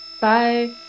Bye